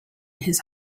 his